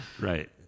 Right